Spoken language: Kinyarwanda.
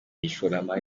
ishoramari